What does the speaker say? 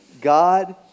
God